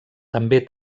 també